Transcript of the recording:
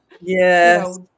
yes